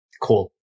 Cool